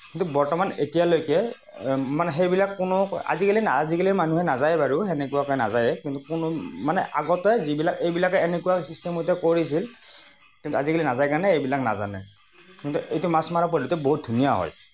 কিন্তু বৰ্তমান এতিয়ালৈকে মানে সেইবিলাক কোনো আজিকালি আজিকালি মানুহে নাযায়েই বাৰু তেনেকুৱাকৈ নাযায়েই কিন্তু কোনো মানে আগতে যিবিলাক এইবিলাকে এনেকুৱা ছিষ্টেমতে কৰিছিল কিন্তু আজিকালি নাযায় কাৰণে এইবিলাকে নাজানে কিন্তু এইটো মাছ মাৰা পদ্ধতি বহুত ধুনীয়া হয়